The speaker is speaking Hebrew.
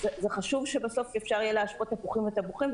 זה חשוב שבסוף אפשר יהיה להשוות תפוחים לתפוחים,